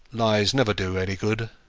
lies never do any good,